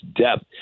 depth